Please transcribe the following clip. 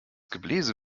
gebläse